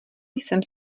jsem